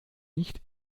nicht